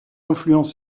influence